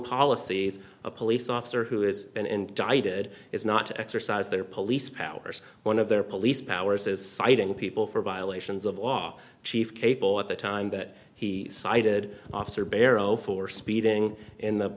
policies a police officer who has been indicted is not to exercise their police powers one of their police powers is citing people for violations of off chief cable at the time that he cited officer barrow for speeding in the